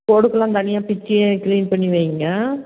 கொடுக்கெலாம் தனியாக பிச்சு க்ளீன் பண்ணி வைங்க